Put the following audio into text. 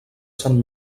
sant